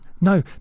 no